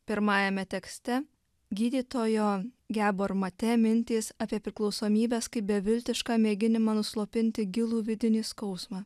pirmajame tekste gydytojo gebor mate mintys apie priklausomybes kaip beviltišką mėginimą nuslopinti gilų vidinį skausmą